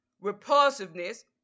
repulsiveness